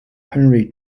henry